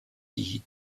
die